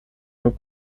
nur